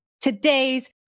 today's